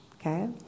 okay